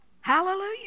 Hallelujah